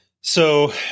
So-